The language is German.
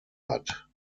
hat